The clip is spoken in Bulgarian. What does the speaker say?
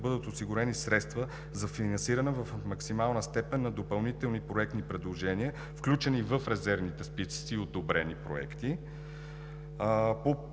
да бъдат осигурени средства за финансиране в максимална степен на допълнителни проектни предложения, включени в резервните списъци и одобрени проекти